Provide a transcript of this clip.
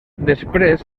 després